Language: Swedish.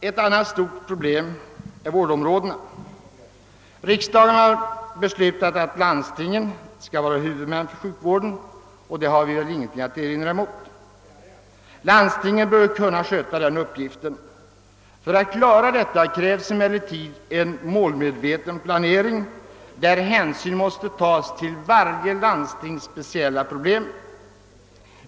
Ett annat stort problem är vårdområdena. Riksdagen har beslutat att landstingen skall vara huvudmän för sjukvården, och detta har vi väl ingenting att erinra mot. Landstingen bör kunna sköta den uppgiften. För detta krävs emellertid en målmedveten planering, där hänsyn måste tagas till varje landstings speciella problem.